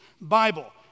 Bible